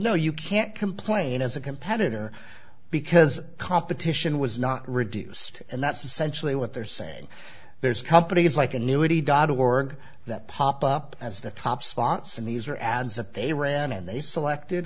know you can't complain as a competitor because competition was not reduced and that's essentially what they're saying there's companies like a new a t dot org that pop up as the top spots and these are ads that they ran and they selected